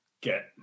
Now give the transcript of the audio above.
get